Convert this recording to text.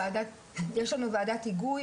יש לנו ועדת היגוי,